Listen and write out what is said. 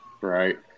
Right